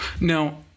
Now